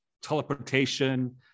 teleportation